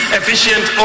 efficient